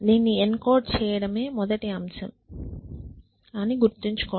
దీన్ని ఎన్కోడ్ చేయడమే మొదటి అంశం అని గుర్తుంచుకోండి